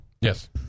yes